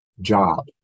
job